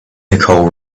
nicole